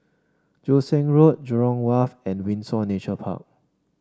Joo Seng Road Jurong Wharf and Windsor Nature Park